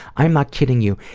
i am not kidding you,